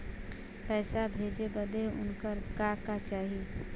पैसा भेजे बदे उनकर का का चाही?